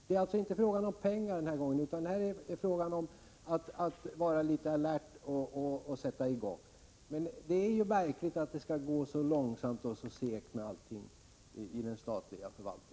Det är alltså inte fråga om pengar den här gången, utan om att vara litet alert och sätta i gång. Det är märkligt att allt skall gå så långsamt och vara så segt i den statliga förvaltningen.